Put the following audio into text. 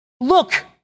Look